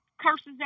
curses